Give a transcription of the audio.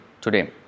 today